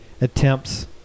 attempts